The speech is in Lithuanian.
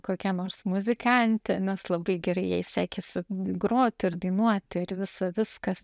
kokia nors muzikantė nes labai gerai jai sekėsi groti ir dainuoti ir visa viskas